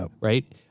right